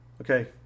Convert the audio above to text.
Okay